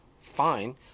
fine